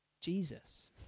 Jesus